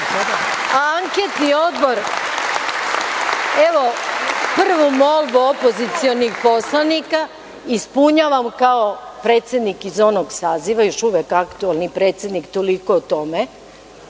odbor, evo, prvu molbu opozicionih poslanika ispunjavam kao predsednik iz onog saziva, još uvek aktuelni predsednik, toliko o tome